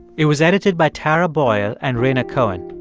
it was edited by tara boyle and rhaina cohen.